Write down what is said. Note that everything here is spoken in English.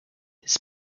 his